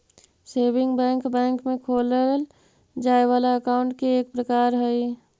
saving bank bank में खोलल जाए वाला अकाउंट के एक प्रकार हइ